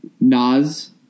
Nas